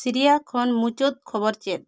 Syria ᱠᱷᱚᱱ ᱢᱩᱪᱟ ᱫ ᱠᱷᱚᱵᱚᱨ ᱪᱮᱫ